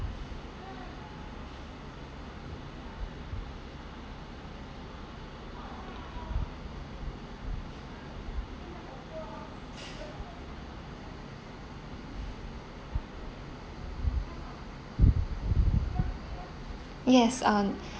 yes um